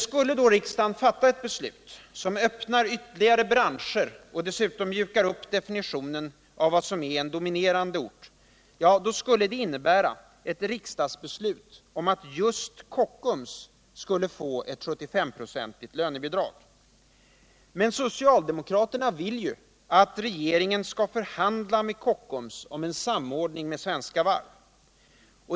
Om riksdagen fattar ett beslut som öppnar ytterligare branscher och dessutom mjukar upp definitionen av vad som är en dominerande ort, skulle det innebära ett riksdagsbeslut om att just Kockums skulle få ett 75 procentigt lönebidrag. Socialdemokraterna vill ju att regeringen skall förhandla med Kockums om en samordning med Svenska Varv.